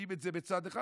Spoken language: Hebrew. רואים את זה בצד אחד,